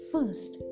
First